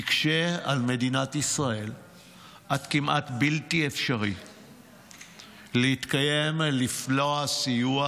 יקשה על מדינת ישראל עד כמעט בלתי אפשרי להתקיים ללא הסיוע,